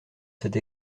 cette